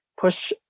push